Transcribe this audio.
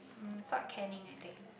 mm Fort-Canning I think